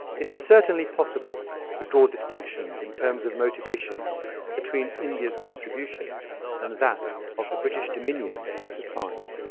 it is certainly possible to draw distinctions in terms of motivation between indias contribution and that of the british dominions at the time.